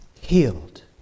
healed